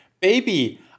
Baby